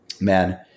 man